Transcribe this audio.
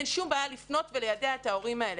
אין שום בעיה לפנות וליידע את ההורים האלה.